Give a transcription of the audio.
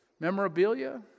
memorabilia